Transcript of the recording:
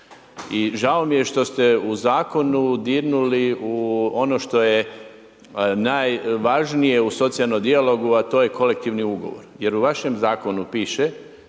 I žao mi je što ste u zakonu dirnuli u ono što je najvažnije u socijalnom dijalogu a to je kolektivni ugovor. Jer u vašem zakonu piše